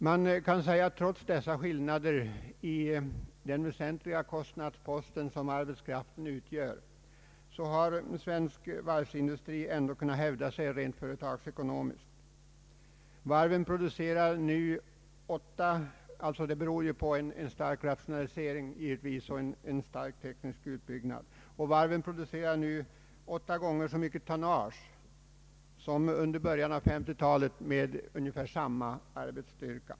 Man kan säga, trots dessa skillnader i den väsentliga kostnadspost som arbetskraften utgör, att svensk varvsindustri ändå kunnat hävda sig rent företagsekonomiskt. Detta beror givetvis på en stark rationalisering och en stark teknisk utbyggnad. Varven producerar nu åtta gånger så mycket tonnage som under början av 1950-talet med ungefär samma arbetsstyrka.